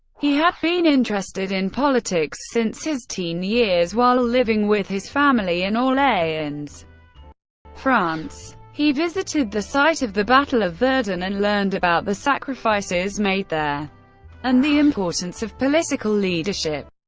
he had been interested in politics since his teen years while living with his family in orleans, france. he visited the site of the battle of verdun and learned about the sacrifices made there and the importance of political leadership.